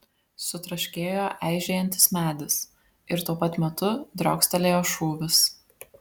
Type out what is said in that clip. sutraškėjo eižėjantis medis ir tuo pat metu driokstelėjo šūvis